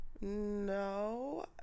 No